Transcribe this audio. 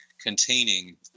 containing